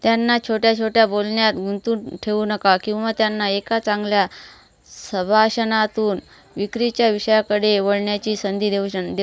त्यांना छोट्या छोट्या बोलण्यात गुंतवून ठेवू नका किंवा त्यांना एका चांगल्या संभाषणातून विक्रीच्या विषयाकडे वळण्याची संधी देऊ शान दे